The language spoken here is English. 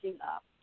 up